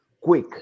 quick